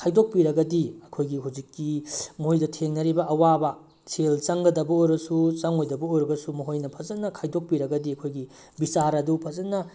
ꯈꯥꯏꯗꯣꯛꯄꯤꯔꯒꯗꯤ ꯑꯩꯈꯣꯏꯒꯤ ꯍꯧꯖꯤꯛꯀꯤ ꯃꯣꯏꯗ ꯊꯦꯡꯅꯔꯤꯕ ꯑꯋꯥꯕ ꯁꯦꯜ ꯆꯪꯒꯗꯕ ꯑꯣꯏꯔꯁꯨ ꯆꯪꯉꯣꯏꯗꯕ ꯑꯣꯏꯔꯒꯁꯨ ꯃꯈꯣꯏꯅ ꯐꯖꯅ ꯈꯥꯏꯗꯣꯛꯄꯤꯔꯒꯗꯤ ꯑꯩꯈꯣꯏꯒꯤ ꯕꯤꯆꯥꯔ ꯑꯗꯨ ꯐꯖꯅ